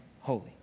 holy